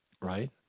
right